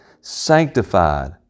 sanctified